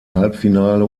halbfinale